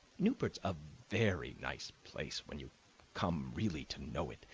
newport's a very nice place when you come really to know it,